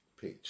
Page